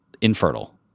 infertile